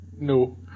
No